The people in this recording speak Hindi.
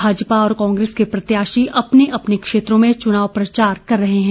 भाजपा और कांग्रेस के प्रत्याशी अपने अपने क्षेत्रों में चुनाव प्रचार कर रहे हैं